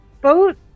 boat